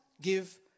give